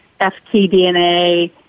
FTDNA